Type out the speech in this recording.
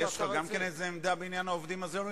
גם לך יש איזו עמדה בעניין העובדים הזרים?